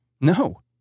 No